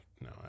No